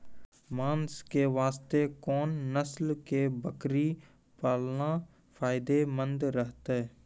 मांस के वास्ते कोंन नस्ल के बकरी पालना फायदे मंद रहतै?